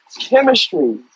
chemistry